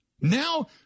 Now